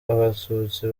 abatutsi